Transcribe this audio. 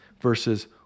versus